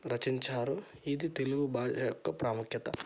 రచించారు ఇది తెలుగు భాష యొక్క ప్రాముఖ్యత